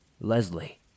Leslie